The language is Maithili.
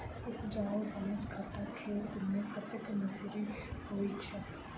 उपजाउ पांच कट्ठा खेत मे कतेक मसूरी होइ छै?